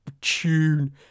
tune